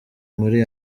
muri